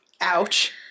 Ouch